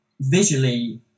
visually